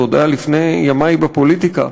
זה עוד היה לפני ימי בפוליטיקה,